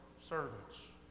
servants